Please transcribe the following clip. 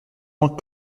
ans